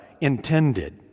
intended